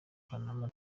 panama